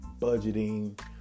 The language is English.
budgeting